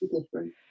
different